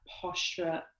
posture